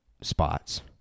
spots